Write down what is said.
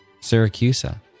Syracusa